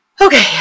okay